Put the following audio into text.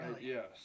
Yes